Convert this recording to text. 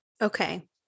Okay